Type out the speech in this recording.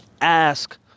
ask